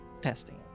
testing